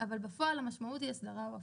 אבל בפועל המשמעות היא הסדרה או הפעלה.